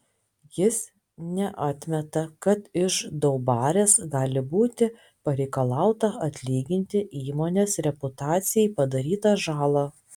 jis neatmeta kad iš daubarės gali būti pareikalauta atlyginti įmonės reputacijai padarytą žalą